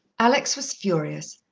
alex was furious.